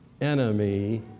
enemy